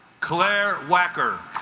claire wacker